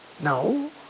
no